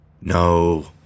No